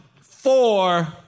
four